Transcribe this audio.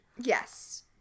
Yes